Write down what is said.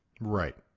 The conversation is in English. Right